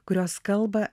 kurios kalba